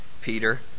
Peter